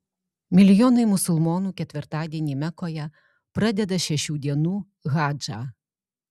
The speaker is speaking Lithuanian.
milijonai musulmonų ketvirtadienį mekoje pradeda šešių dienų hadžą